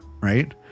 right